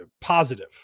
positive